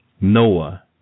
Noah